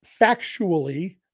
factually